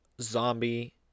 zombie